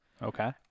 Okay